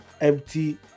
empty